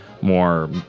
more